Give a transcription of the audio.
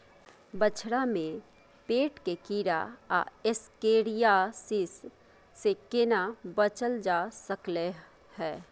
बछरा में पेट के कीरा आ एस्केरियासिस से केना बच ल जा सकलय है?